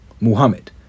muhammad